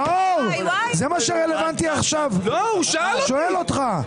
לא, הוא שאל אותך.